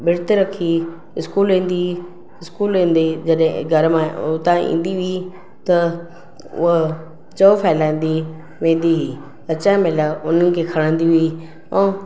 विर्तु रखी इस्कूल वेंदी हुई स्कूल जॾहिं उतां ईंदी ही त हूअ जव फहिलाईंदी वेंदी हुई अचणु महिल उन्हनि खे खणंदी हुई